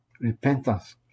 repentance